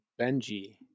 Benji